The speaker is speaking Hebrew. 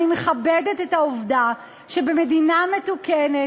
אני מכבדת את העובדה שבמדינה מתוקנת